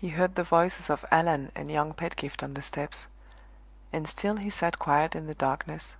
he heard the voices of allan and young pedgift on the steps and still he sat quiet in the darkness,